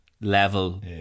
level